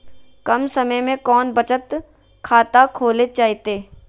कम समय में कौन बचत खाता खोले जयते?